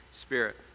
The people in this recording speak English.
Spirit